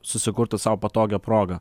susikurtų sau patogią progą